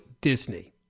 Disney